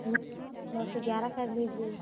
नौ नौ से ग्यारह कर लीजिए